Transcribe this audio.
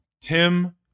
Tim